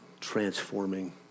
transforming